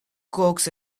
coax